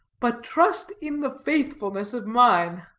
but trust in the faithfulness of mine.